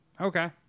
Okay